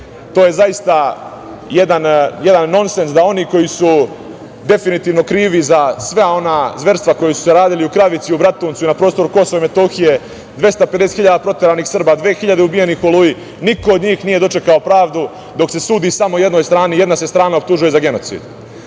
To je zaista jedan nonsens, da oni koji su definitivno krivi za sva ona zverstva koja su se radila u Kravici, u Bratuncu i na prostoru Kosova i Metohije, 250.000 proteranih Srba, 2.000 ubijenih u „Oluji“, niko od njih nije dočekao pravdu, dok se sudi samo jednoj strani, jedna se strana optužuje za genocid. Mi